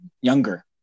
younger